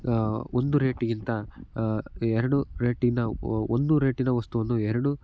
ಒಂದು ರೇಟಿಗಿಂತ ಎರಡು ರೇಟಿನ ಒಂದು ರೇಟಿನ ವಸ್ತುವನ್ನು ಎರಡು